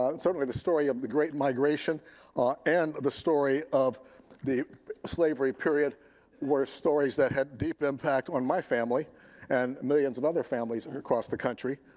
ah and certainly the story of the great migration and the story of the slavery period were stories that had deep impact on my family and millions of other families across the country.